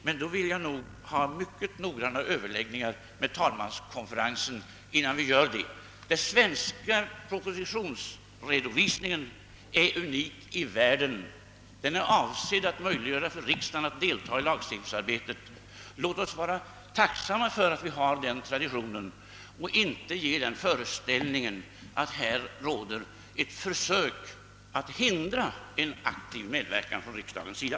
Men jag vill nog ha mycket noggranna överläggningar mel talmanskonferensen innan vi gör det. Den svenska propositionsredovisningen är unik i världen. Den är avsedd att möjliggöra för riksdagen att delta i lagstiftningsarbetet. Låt oss vara tacksamma för att vi har den traditionen och låt oss inte ge den föreställningen att här pågår ett försök att hindra en aktiv medverkan från riksdagens sida!